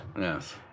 yes